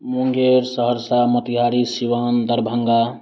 Munger Saharsa Motihari Siwan Darbhanga